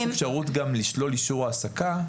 יש אפשרות גם לשלול אישור העסקה.